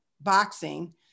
boxing